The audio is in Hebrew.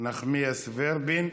נחמיאס ורבין,